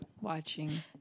watching